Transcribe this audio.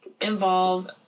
involve